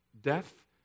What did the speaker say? death